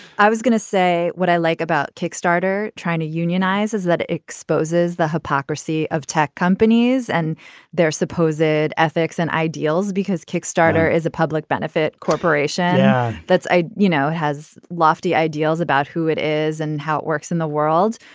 i was gonna say what i like about kickstarter trying to unionize is that it exposes the hypocrisy of tech companies and their supposedly ethics and ideals. because kickstarter is a public benefit corporation yeah that's a you know has lofty ideals about who it is and how it works in the world.